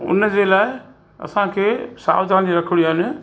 उनजे लाइ असांखे सावधानियूं रखणियूं आहिनि